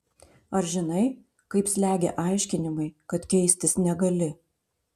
ar žinai kaip slegia aiškinimai kad keistis negali